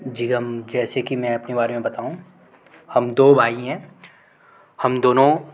जी हम जैसे कि मैं अपने बारे में बताऊँ हम दो भाई हैं हम दोनों